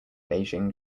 beijing